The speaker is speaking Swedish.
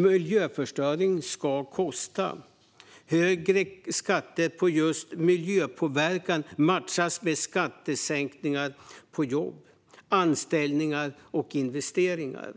Miljöförstöring ska kosta. Högre skatter på just miljöpåverkan matchas med skattesänkningar på jobb, anställningar och investeringar.